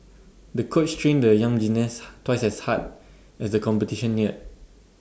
the coach trained the young gymnast twice as hard as the competition neared